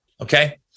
Okay